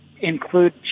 include